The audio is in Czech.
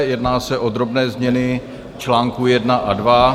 Jedná se o drobné změny článků 1 a 2.